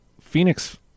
Phoenix